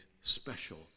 special